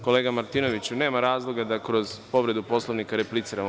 Kolega Martinoviću nema razloga da kroz povredu Poslovnika repliciramo.